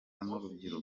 n’urubyiruko